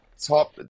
top